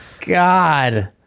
god